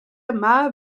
yma